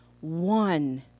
one